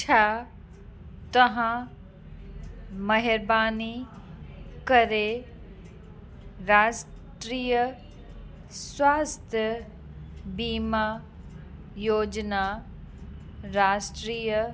छा तव्हां महिरबानी करे राष्ट्रीय स्वास्थ्य बीमा योजना राष्ट्रीय